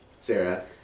Sarah